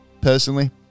personally